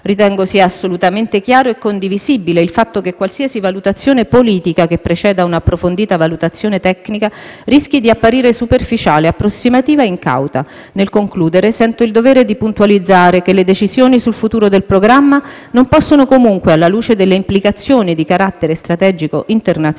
Ritengo sia assolutamente chiaro e condivisibile il fatto che qualsiasi valutazione politica che preceda un'approfondita valutazione tecnica rischi di apparire superficiale, approssimativa e incauta. Nel concludere, sento il dovere di puntualizzare che le decisioni sul futuro del programma non possono comunque - alla luce delle implicazioni di carattere strategico internazionale,